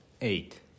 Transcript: Eight